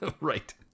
Right